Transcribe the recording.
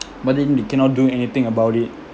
but then they cannot do anything about it